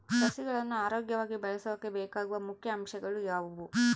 ಸಸಿಗಳನ್ನು ಆರೋಗ್ಯವಾಗಿ ಬೆಳಸೊಕೆ ಬೇಕಾಗುವ ಮುಖ್ಯ ಅಂಶಗಳು ಯಾವವು?